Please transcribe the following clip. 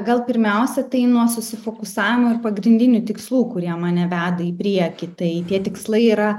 gal pirmiausia tai nuo susifokusavimo pagrindinių tikslų kurie mane veda į priekį tai tie tikslai yra